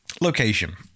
Location